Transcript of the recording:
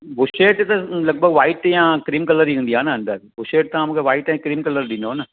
bush shirt त लॻिभॻि white या क्रीम कलर जी हून्दी आहे न अंदरु बुशेर्ट तव्हां मूंखे वाइट एंड क्रीम कलर ॾींदव न